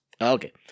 Okay